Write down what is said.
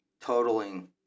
totaling